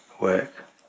work